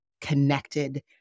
connected